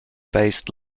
based